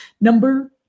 number